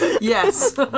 Yes